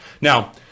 Now